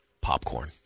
Popcorn